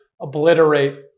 obliterate